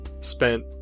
spent